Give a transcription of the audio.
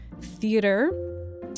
theater